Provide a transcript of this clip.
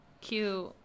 Cute